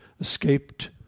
escaped